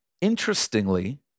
Interestingly